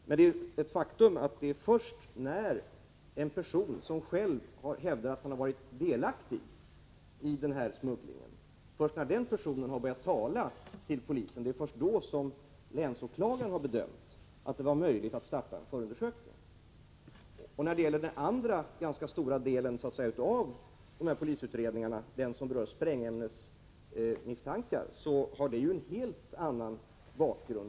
Men det är ett faktum att det är först när en person som själv hävdar att han har varit delaktig i smugglingen har börjat tala till polisen som länsåklagaren har bedömt det vara möjligt att starta en förundersökning. När det gäller den andra ganska stora delen av polisutredningen, den som rör sprängämnesmisstankar, har den en helt annan bakgrund.